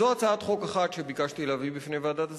זו הצעת חוק אחת שביקשתי להביא בפני ועדת השרים.